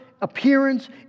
appearance